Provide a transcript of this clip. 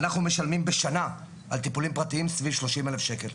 אנחנו משלמים בשנה על טיפולים פרטיים סביב שלושים אלף שקל.